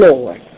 Lord